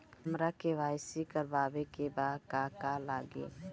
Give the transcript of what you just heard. हमरा के.वाइ.सी करबाबे के बा का का लागि?